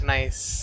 Nice